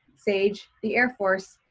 sage, the air force,